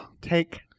Take